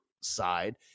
side